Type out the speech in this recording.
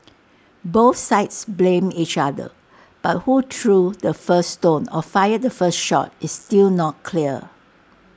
both sides blamed each other but who threw the first stone or fired the first shot is still not clear